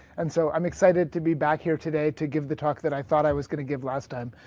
and so, i am excited to be back here today to give the talk that i thought i was going to give last time.